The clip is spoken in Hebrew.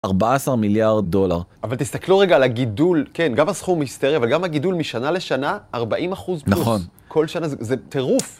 ‫14 מיליארד דולר. ‫אבל תסתכלו רגע על הגידול. ‫כן, גם הסכום הסטרי, ‫אבל גם הגידול משנה לשנה, ‫40 אחוז פלוס. ‫נכון. כל שנה. זה טירוף.